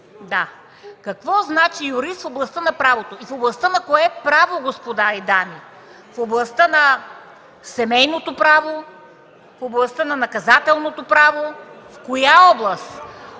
Какво значи юрист в областта на правото? В областта на кое право, господа и дами? В областта на семейното право, в областта на наказателното право? В коя област?